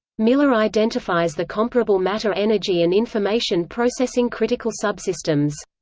miller identifies the comparable matter-energy and information processing critical subsystems.